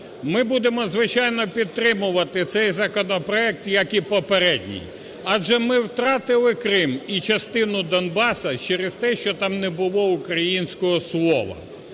Ми будемо, звичайно, підтримувати цей законопроект, як і попередній. Адже ми втратили Крим і частину Донбасу через те, що там не було українського слова,